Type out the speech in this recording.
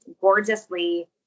gorgeously